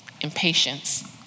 impatience